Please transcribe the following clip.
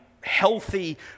healthy